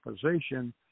position